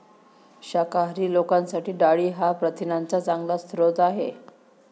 शाकाहारी लोकांसाठी डाळी हा प्रथिनांचा चांगला स्रोत आहे